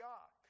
God